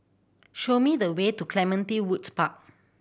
show me the way to Clementi Woods Park